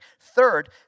Third